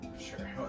sure